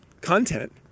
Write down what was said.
content